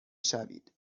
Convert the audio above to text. شوید